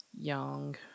young